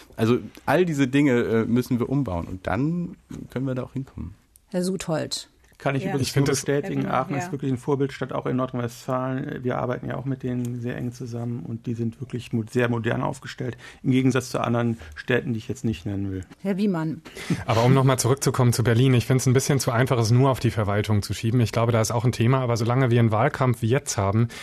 Also all diese Dinge, äh, müssen wir umbauen und dann können wir da auch hinkommen. Herr Suthold. Kann ich Ja. übrigens Ich nur find das- bestätigen, Herr Wiemann, Aachen ist ja. wirklich ein Vorbildstadt, auch in Nordrhein-Westfalen. Wir arbeiten ja auch mit denen sehr eng zusammen und die sind wirklich mo- sehr modern aufgestellt, im Gegensatz zu anderen Städten, die ich jetzt nicht nennen will. Herr Wiemann. Aber um noch mal zurückzukommen zu Berlin, ich find's ein bisschen zu einfach, es nur auf die Verwaltung zu schieben. Ich glaube, da ist auch ein Thema, aber solange wir einen Wahlkampf wie jetzt haben,